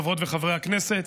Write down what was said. חברות וחברי הכנסת,